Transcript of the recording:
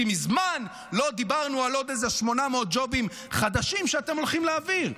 כי מזמן לא דיברנו על עוד איזה 800 ג'ובים חדשים שאתם הולכים להעביר.